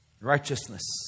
Righteousness